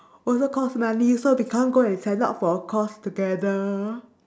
also cost money so become go and sign up for a course together